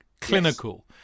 clinical